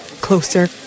closer